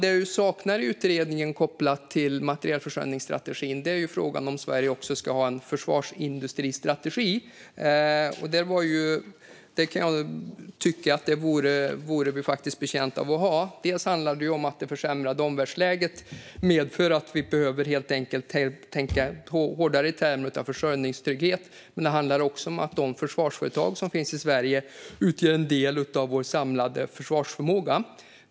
Det jag saknar i utredningen kopplat till materielförsörjningsstrategin är frågan om Sverige också ska ha en försvarsindustristrategi. Jag kan tycka att vi vore betjänta av att ha en sådan. Det handlar om att det försämrade omvärldsläget medför att vi behöver tänka hårdare i termer av försörjningstrygghet, men det handlar också om att de försvarsföretag som finns i Sverige utgör en del av vår samlade försvarsförmåga.